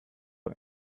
our